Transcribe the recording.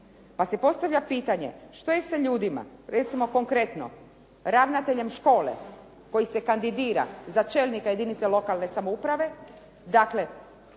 pa se postavlja pitanje što je sa ljudima recimo konkretno ravnateljem škole koji se kandidira za čelnika jedinice lokalne samouprave, dakle